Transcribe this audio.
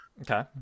Okay